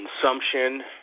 consumption